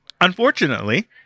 Unfortunately